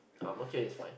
Ang-Mo-Kio is fine